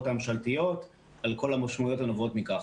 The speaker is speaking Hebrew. הממשלתיות על כל המשמעויות הנובעות מכך.